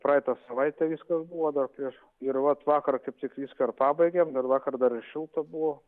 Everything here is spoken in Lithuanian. praeitą savaitę viskas buvo dar prieš ir vat vakar kaip tik viską ir pabaigėm dar vakar dar ir šilta buvo